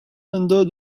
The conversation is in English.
under